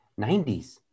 90s